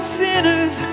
sinners